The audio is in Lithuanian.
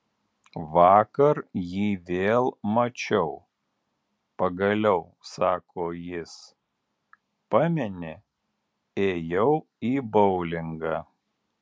vakar jį vėl mačiau pagaliau sako jis pameni ėjau į boulingą